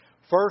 First